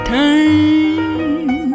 time